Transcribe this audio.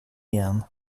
igen